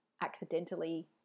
accidentally